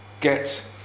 get